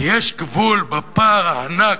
כי יש גבול לפער הענק,